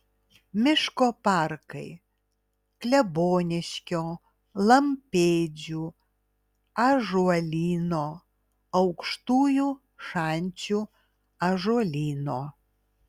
miško parkai kleboniškio lampėdžių ąžuolyno aukštųjų šančių ąžuolyno